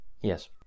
Yes